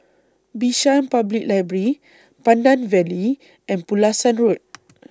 Bishan Public Library Pandan Valley and Pulasan Road